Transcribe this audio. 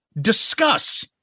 Discuss